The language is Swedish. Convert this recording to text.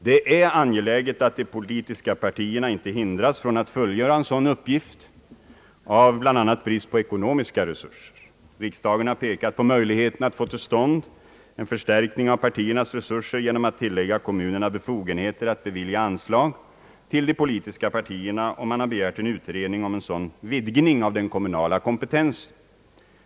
Det är angeläget att de politiska partierna inte hindras från att fullgöra en sådan uppgift av bland annat brist på ekonomiska resurser. Riksdagen har pekat på möjligheterna att få till stånd en förstärkning av partiernas resurser genom att tillägga kommunerna befogenheter att bevilja anslag till de politiska partierna, och man har begärt en utredning om en sådan vidgning av den kommunala kompetensen.